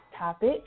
topic